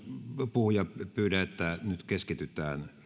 puhuja pyydän että nyt keskitytään